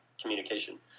communication